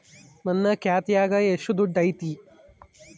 ನನ್ನ ಖಾತ್ಯಾಗ ಎಷ್ಟು ದುಡ್ಡು ಐತಿ?